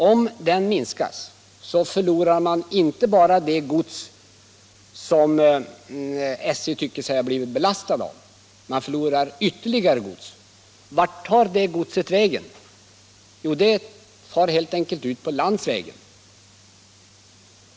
Om den minskas förlorar man inte bara det gods som SJ tycker sig ha blivit belastat med, utan man förlorar ytterligare gods. Vart tar det godset vägen? Jo, det far helt enkelt ut på landsvägen.